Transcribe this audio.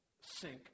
sink